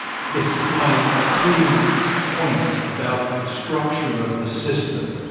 yes, my three points about the structure of the system,